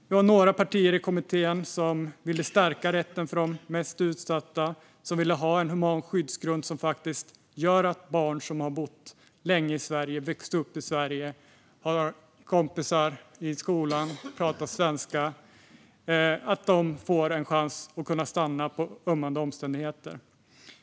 Vi hade några partier i kommittén som ville stärka rätten för de mest utsatta och ville ha en human skyddsgrund som gör att barn som har bott länge i Sverige, växt upp i Sverige, har kompisar i skolan och pratar svenska får en chans att kunna stanna på grund av ömmande omständigheter.